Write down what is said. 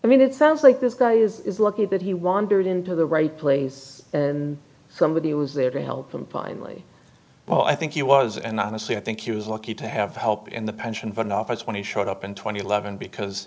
i mean it sounds like this guy is lucky that he wandered into the right place and somebody was there to help him finally well i think he was and i honestly i think he was lucky to have help in the pension fund office when he showed up in two thousand and eleven because